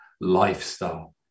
lifestyle